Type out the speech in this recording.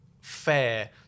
fair